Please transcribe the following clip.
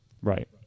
Right